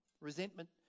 Resentment